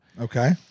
Okay